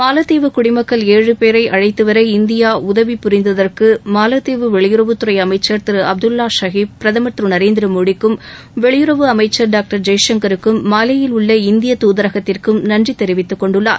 மாலத்தீவு குடிமக்கள் ஏழு பேரை அழைத்து வர இந்தியா உதவி புரிந்ததற்கு மாலத்தீவு வெளியுறவு அமைச்சர் திரு ்அப்துல்லா ஷஹீப் பிரதமர் திரு நரேந்திரமோடிக்கும் வெளியுறவு அமைச்சர் டாக்டர் ஜெய்சங்கருக்கும் மாலேயில் உள்ள இந்தியத் தூதரகத்திற்கும் நன்றி தெரிவித்துக் கொண்டுள்ளார்